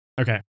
Okay